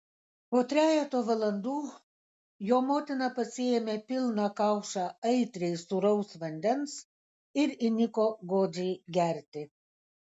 po trejeto valandų jo motina pasisėmė pilną kaušą aitriai sūraus vandens ir įniko godžiai gerti